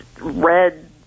red